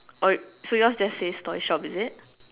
oh so yours just says toy shop is it